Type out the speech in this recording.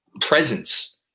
presence